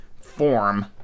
form